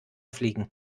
fliegen